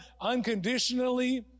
unconditionally